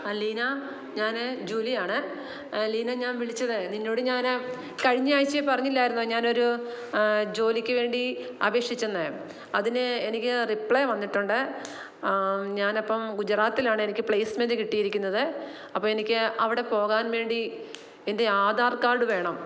അലീന ഞാൻ ജൂലിയാണ് അലീന ഞാൻ വിളിച്ചത് നിന്നോടു ഞാനാ കഴിഞ്ഞ ആഴ്ച പറഞ്ഞില്ലായിരുന്നോ ഞാനൊരു ജോലിക്കുവേണ്ടി അപേക്ഷിച്ചെന്നു അതിന് എനിക്കു റിപ്ലൈ വന്നിട്ടുണ്ട് ഞാനപ്പം ഗുജറാത്തിലാണ് എനിക്ക് പ്ലെയിസ്മെൻറ്റ് കിട്ടിയിരിക്കുന്നത് അപ്പോൾ എനിക്ക് അവിടെ പോകാൻ വേണ്ടി എൻ്റെ ആധാർ കാർഡ് വേണം